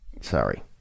Sorry